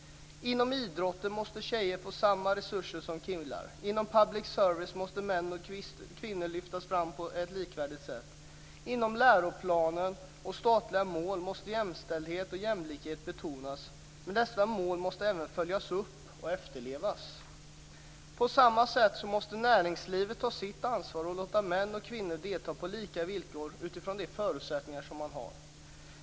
Inom idrotten måste tjejer få samma resurser som killar. Inom public service måste män och kvinnor lyftas fram på ett likvärdigt sätt. Inom läroplaner och statliga mål måste jämställdhet och jämlikhet betonas. Men dessa mål måste även följas upp och efterlevas. På samma sätt måste näringslivet ta sitt ansvar och låta män och kvinnor delta på lika villkor utifrån de förutsättningar som de har.